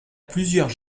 plusieurs